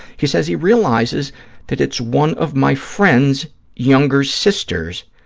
he says he realizes that it's one of my friend's younger sisters